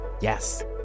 Yes